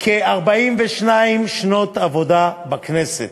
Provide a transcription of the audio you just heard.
וכ-42 שנות עבודה בכנסת.